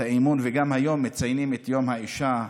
האי-אמון וגם היום מציינים את יום האישה,